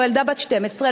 או ילדה בת 12,